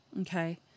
Okay